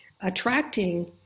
attracting